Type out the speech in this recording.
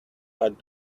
but